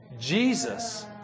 Jesus